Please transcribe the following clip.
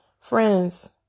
Friends